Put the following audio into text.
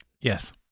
Yes